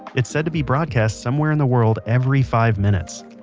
it's said to be broadcast somewhere in the world every five minutes.